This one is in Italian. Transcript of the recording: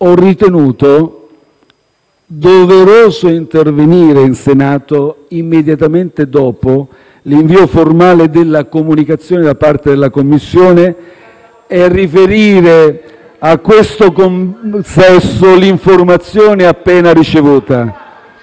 Ho ritenuto doveroso intervenire in Senato immediatamente dopo l'invio formale della comunicazione e riferire a questo consesso l'informazione appena ricevuta.